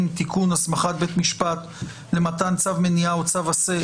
(תיקון - הסמכת בית משפט למתן צו מניעה או צו עשה),